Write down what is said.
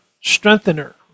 strengthener